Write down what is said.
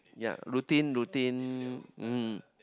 ya routine routine mm